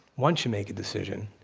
once you make a decision,